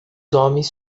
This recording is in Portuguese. homens